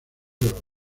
los